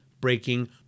breaking